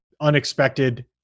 unexpected